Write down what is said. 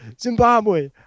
Zimbabwe